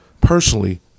personally